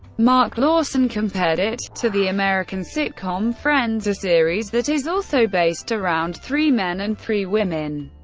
mark lawson compared it to the american sitcom friends, a series that is also based around three men and three women,